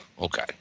Okay